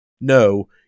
No